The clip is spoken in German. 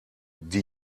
die